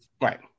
Right